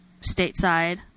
stateside